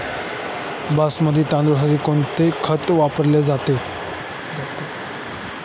बासमती तांदळासाठी कोणते खत वापरले जाते?